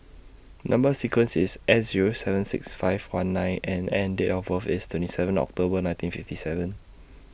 Number sequence IS S Zero seven six five one nine N and Date of birth IS twenty seven October nineteen fifty seven